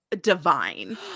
divine